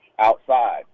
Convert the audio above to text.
outside